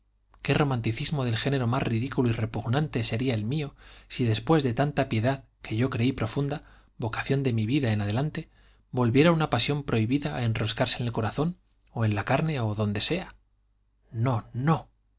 qué romanticismo del género más ridículo y repugnante sería el mío si después de tanta piedad que yo creí profunda vocación de mi vida en adelante volviera una pasión prohibida a enroscarse en el corazón o en la carne o donde sea no no